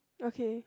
okay